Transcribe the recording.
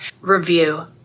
review